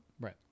Right